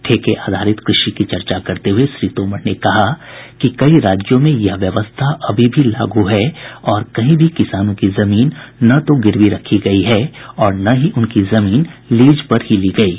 ठेके आधारित कृषि की चर्चा करते हुये श्री तोमर ने कहा कि कई राज्यों में यह व्यवस्था अभी भी लागू है और कहीं भी किसानों की जमीन न तो गिरवी रखी गयी और न ही उनकी जमीन लीज पर ही ली गयी